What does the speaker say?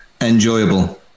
Enjoyable